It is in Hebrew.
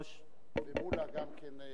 מולה גם כן,